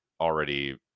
already